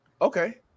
Okay